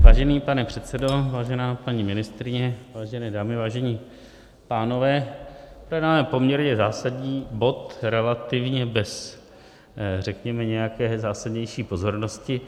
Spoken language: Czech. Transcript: Vážený pane předsedo, vážená paní ministryně, vážené dámy, vážení pánové, tenhle poměrně zásadní bod je relativně bez, řekněme, nějaké zásadnější pozornosti.